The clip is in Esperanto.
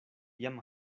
jam